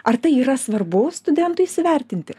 ar tai yra svarbu studentui įsivertinti